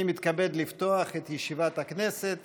ירושלים, הכנסת,